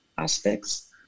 Aspects